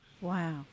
Wow